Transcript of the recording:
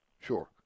sure